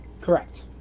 Correct